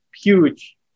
huge